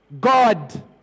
God